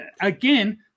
Again